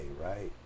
right